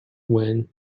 when